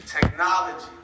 technology